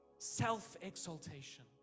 Self-exaltation